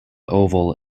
oval